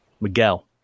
Miguel